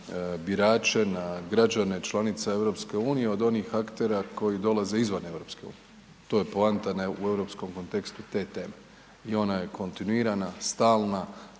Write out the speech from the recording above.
na građene članica EU od onih aktera koji dolaze izvan EU. To je poanta u europskom kontekstu te teme i ona je kontinuirana, stalna,